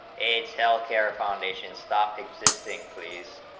aids healthcare foundation stop existing please